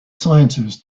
sciences